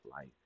life